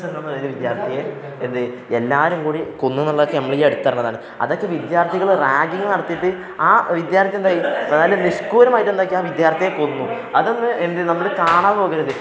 പറയുന്ന വിദ്യാർത്ഥിയെ എന്താണ് എല്ലാവരും കൂടി കൊന്നുവെന്നുള്ളതൊക്കെ നമ്മളീ അടുത്തറിഞ്ഞതാണ് അതൊക്കെ വിദ്യാര്ത്ഥികള് റാഗിങ് നടത്തിയിട്ട് ആ വിദ്യാർത്ഥിയെ എന്താണ് നല്ല നിഷ്ഠൂരമായിട്ട് എന്താണാക്കിയത് ആ വിദ്യാർത്ഥിയെ കൊന്നു അതൊന്നും എന്താണ് നമ്മള് കാണാതെ പോകരുത്